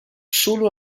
solo